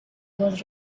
was